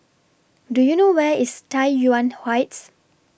Do YOU know Where IS Tai Yuan Heights